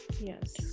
Yes